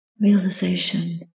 realization